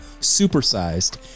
supersized